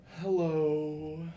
Hello